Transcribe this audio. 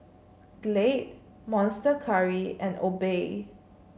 Glade Monster Curry and Obey